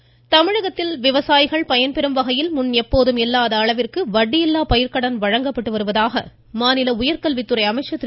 அன்பழகன் தமிழகத்தில் விவசாயிகள் பயன்பெறும் வகையில் முன் எப்போதும் இல்லாத அளவிற்கு வட்டியில்லா பயிர்க்கடன் வழங்கப்பட்டு வருதாக மாநில உயர்கல்வித்துறை அமைச்சர் திரு